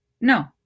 No